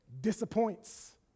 disappoints